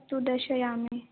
अस्तु दर्शयामि